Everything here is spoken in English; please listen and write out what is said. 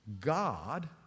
God